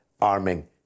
arming